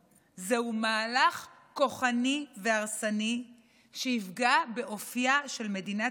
זהו מהלך כוחני והרסני שיפגע באופייה של מדינת ישראל